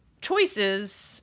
choices